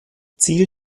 ziel